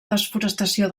desforestació